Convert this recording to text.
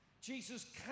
Jesus